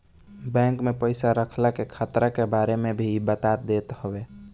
bank में पईसा रखला के खतरा के बारे में भी इ बता देत हवे